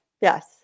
yes